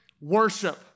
worship